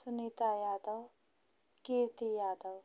Sunita Yadav Kirti Yadav